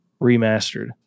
remastered